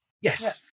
yes